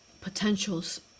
potentials